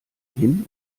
hin